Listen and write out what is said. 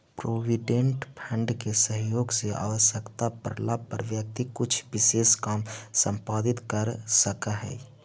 provident fund के सहयोग से आवश्यकता पड़ला पर व्यक्ति कुछ विशेष काम संपादित कर सकऽ हई